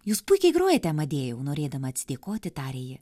jūs puikiai grojate amadėjau norėdama atsidėkoti tarė ji